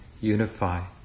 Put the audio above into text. unify